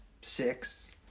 six